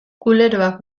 kuleroak